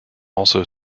also